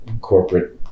corporate